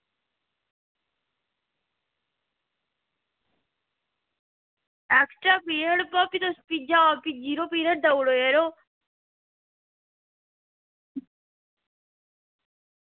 extra period भी तुस zero period देई ओड़ो